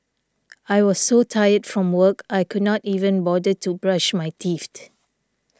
I was so tired from work I could not even bother to brush my teeth